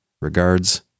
Regards